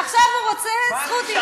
עכשיו הוא רוצה זכות דיבור.